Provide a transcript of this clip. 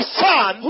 son